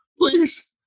please